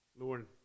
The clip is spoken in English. Lord